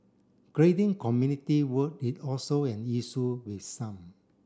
grading community work is also an issue with some